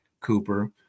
cooper